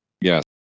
Yes